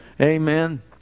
Amen